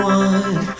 one